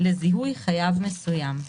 לזיהוי חייב מסוים."